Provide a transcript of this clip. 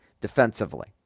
defensively